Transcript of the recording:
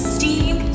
Steam